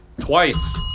Twice